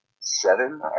seven